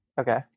Okay